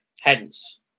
hence